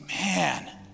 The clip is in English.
man